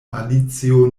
alicio